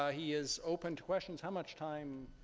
ah he is open to questions. how much time,